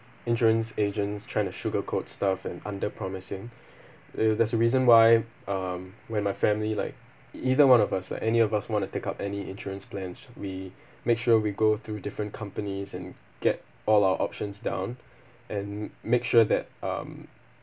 insurance agents trying to sugar coat stuff and under promising uh there's a reason why um when my family like e~ either one of us like any of us want to take up any insurance plans we make sure we go through different companies and get all our options down and make sure that um